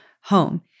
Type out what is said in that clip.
home